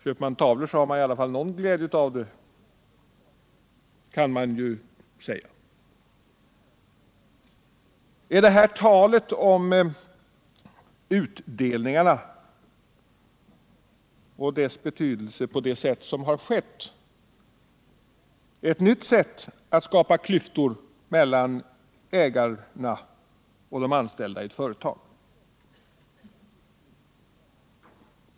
— Köper man vackra tavlor har man i alla fall någon glädje av dem, kan man höra folk säga. Är detta tal om utdelningarna och deras betydelse ett nytt sätt att skapa klyftor mellan ägarna och de anställda i ett företag?